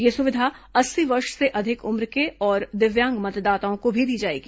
यह सुविधा अस्सी वर्ष से अधिक उम्र के और दिव्यांग मतदाताओं को भी दी जाएगी